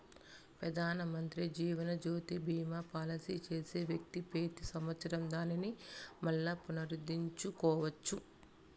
పెదానమంత్రి జీవనజ్యోతి బీమా పాలసీ చేసే వ్యక్తి పెతి సంవత్సరం దానిని మల్లా పునరుద్దరించుకోవచ్చు